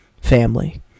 family